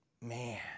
Man